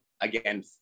again